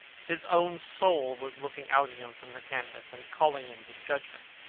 his own soul was looking out at him from the canvas and calling him to judgement.